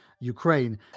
Ukraine